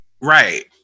right